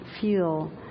feel